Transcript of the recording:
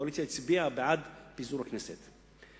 והקואליציה הצביעה בעד פיזור הכנסת.